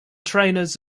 trainers